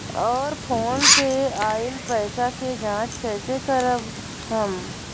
और फोन से आईल पैसा के जांच कैसे करब हम?